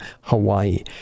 Hawaii